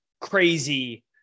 crazy